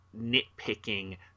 nitpicking